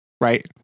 right